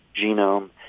genome